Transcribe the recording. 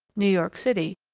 new york city,